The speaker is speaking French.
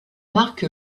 marque